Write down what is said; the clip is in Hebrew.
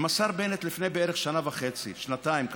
אני נפגשתי עם השר בנט לפני בערך שנה וחצי או שנתיים,